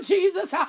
Jesus